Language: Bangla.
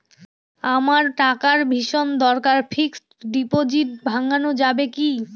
আমার টাকার ভীষণ দরকার ফিক্সট ডিপোজিট ভাঙ্গানো যাবে কি?